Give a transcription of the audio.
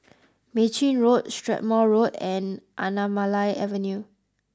Mei Chin Road Strathmore Road and Anamalai Avenue